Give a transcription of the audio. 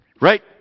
right